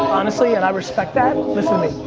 honestly, and i respect that, listen to me.